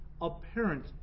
apparent